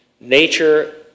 Nature